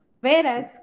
whereas